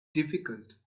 difficult